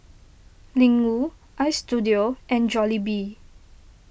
Ling Wu Istudio and Jollibee